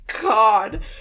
god